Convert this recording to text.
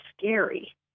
scary